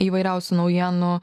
įvairiausių naujienų